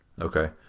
Okay